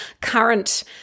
current